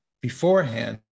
beforehand